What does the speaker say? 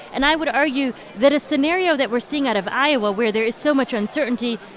and i would argue that a scenario that we're seeing out of iowa, where there is so much uncertainty,